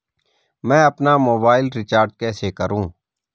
मैं अपना mobile recharge कैसे करूँ?